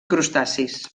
crustacis